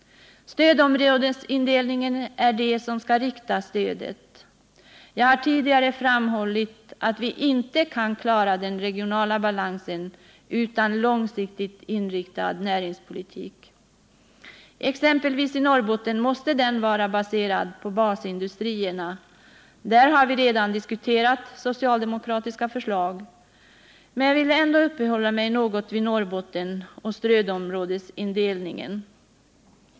Stödområdesindelningen är det som skall rikta stödet. Jag har tidigare framhållit att vi inte kan klara den regionala balansen utan en långsiktigt inriktad näringspolitik. Exempelvis i Norrbotten måste den vara baserad på basindustrierna. Där har vi redan diskuterat socialdemokratiska förslag, men jag vill ändå uppehålla mig något vid Norrbotten och stödområdesindelningen.